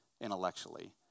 intellectually